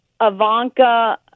Ivanka